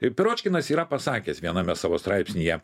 ir piročkinas yra pasakęs viename savo straipsnyje